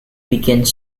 begins